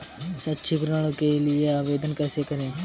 शैक्षिक ऋण के लिए आवेदन कैसे करें?